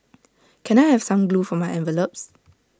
can I have some glue for my envelopes